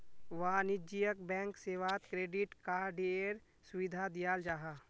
वाणिज्यिक बैंक सेवात क्रेडिट कार्डएर सुविधा दियाल जाहा